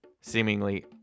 seemingly